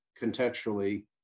contextually